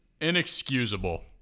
inexcusable